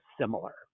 similar